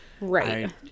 Right